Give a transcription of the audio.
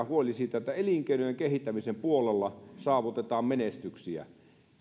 huoli siitä että elinkeinojen kehittämisen puolella saavutetaan menestyksiä